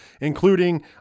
including